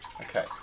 Okay